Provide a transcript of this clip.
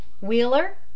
Wheeler